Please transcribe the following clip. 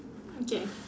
okay